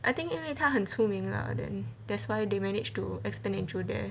I think 因为他很聪明 lah then that's why they managed to expand into there